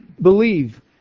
believe